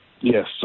Yes